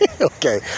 Okay